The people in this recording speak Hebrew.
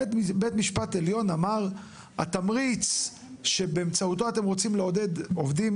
בית המשפט העליון אמר התמריץ שבאמצעותו אתם רוצים לעודד עובדים